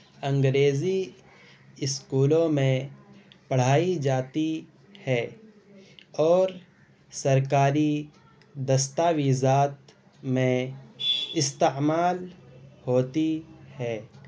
انگریزی اسکولوں میں پڑھائی جاتی ہے اور سرکاری دستاویزات میں استعمال ہوتی ہے